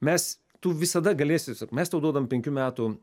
mes tu visada galėsi mes tau duodam penkių metų